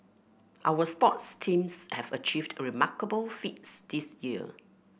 our sports teams have achieved remarkable feats this year